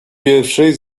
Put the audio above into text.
pierwszej